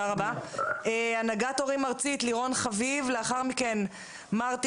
הנהגת הורים ארצית, לירון חביב, בבקשה.